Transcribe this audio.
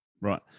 right